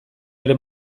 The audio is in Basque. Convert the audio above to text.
ere